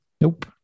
Nope